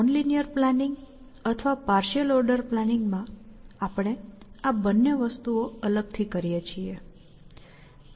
non linear planning અથવા partial order પ્લાનિંગમાં આપણે આ બંને વસ્તુઓ અલગથી કરીએ છીએ